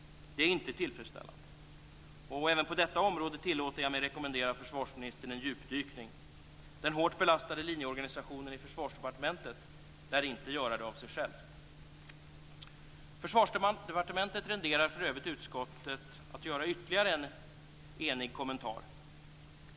Det är inte tillfredsställande. Även på detta område tillåter jag mig att rekommendera försvarsministern en djupdykning. Den hårt belastade linjeorganisationen i Försvarsdepartementet lär inte göra det av sig själv. Försvarsdepartementet föranleder för övrigt utskottet att göra ytterligare en enig kommentar.